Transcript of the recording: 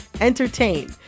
entertain